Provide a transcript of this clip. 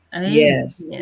yes